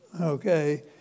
okay